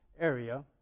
area